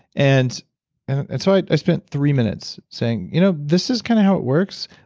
and and so i spent three minutes saying, you know this is kind of how it works.